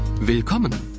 Willkommen